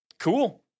cool